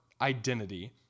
identity